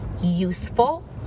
useful